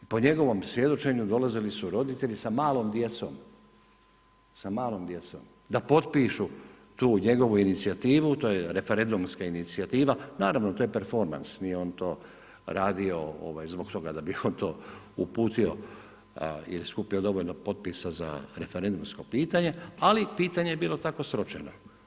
Po njegovom svjedočenju dolazili su roditelji sa malom djecom, sa malom djecom da potpišu tu njegovu inicijativu, to je referendumska inicijativa, naravno to je performans, nije on to radio zbog toga da bi on to uputio ili skupio dovoljno potpisa za referendumsko pitanje, ali pitanje je bilo tako sročeno.